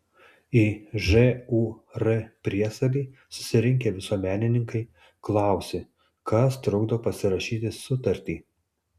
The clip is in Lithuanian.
į žūr priesalį susirinkę visuomenininkai klausė kas trukdo pasirašyti sutartį